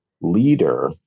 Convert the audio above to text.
leader